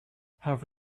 have